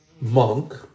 monk